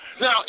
Now